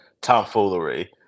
tomfoolery